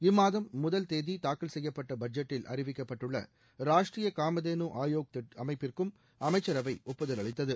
இம்மாதம் முதல் தேதி தாக்கல் செய்யப்பட்ட பட்ஜெட்டில் அறிவிக்கப்பட்டுள்ள ராஷ்டரிய காமதேனு ஆயோக் அமைப்பிற்கும் அமைச்சரவை ஒப்புதல் அளித்தது